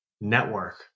network